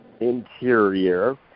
interior